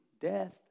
death